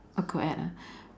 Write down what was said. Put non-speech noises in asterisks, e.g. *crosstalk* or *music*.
a co ed ah *breath*